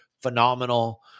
phenomenal